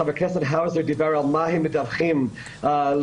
חבר הכנסת האוזר דיבר על מה הם מדווחים לאירופה.